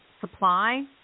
supply